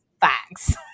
facts